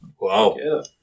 Wow